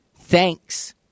Thanks